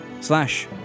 slash